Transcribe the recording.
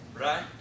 right